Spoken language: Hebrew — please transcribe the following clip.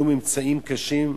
עלו ממצאים קשים.